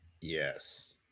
yes